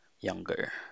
younger